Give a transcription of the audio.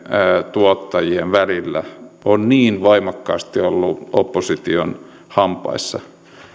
tuottajien välillä on niin voimakkaasti ollut opposition hampaissa